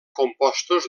compostos